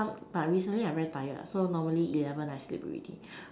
some like recently I very tired ah so normally eleven I sleep already